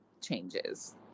changes